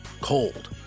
Cold